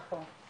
נכון.